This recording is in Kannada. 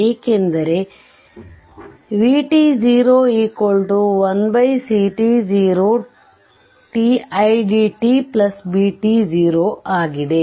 ಎಂದರೆ v t0 1ct0 t idt bt0 ಆಗಿದೆ